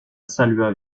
salua